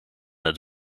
het